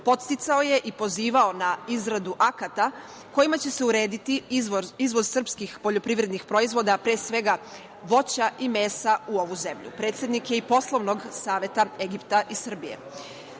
Podsticao je i pozivao na izradu akata kojima će se urediti izvoz srpskih poljoprivrednih proizvoda, pre svega voća i mesa u ovu zemlju. Predsednik je i poslovnog Saveta Egipta iz